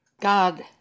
God